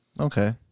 Okay